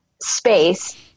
space